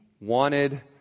wanted